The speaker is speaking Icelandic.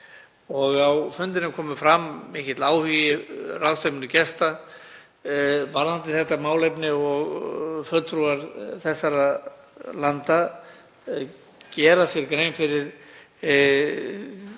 Á fundinum kom fram mikill áhugi ráðstefnugesta varðandi þetta málefni og fulltrúar þessara landa gera sér grein fyrir